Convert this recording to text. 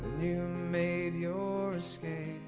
you made your escape